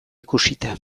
ikusita